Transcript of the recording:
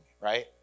right